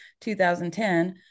2010